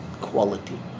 quality